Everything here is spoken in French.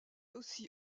aussi